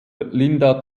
linda